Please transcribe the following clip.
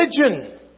Religion